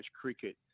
cricket